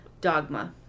dogma